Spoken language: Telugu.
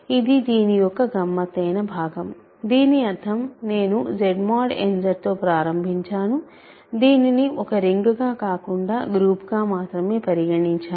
ఇది దీని యొక్క గమ్మత్తైన భాగం దీని అర్థం నేను Z mod n Z తో ప్రారంభించాను దీనిని ఒక రింగ్గా కాకుండా గ్రూప్ గా మాత్రమే పరిగణించాను